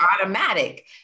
automatic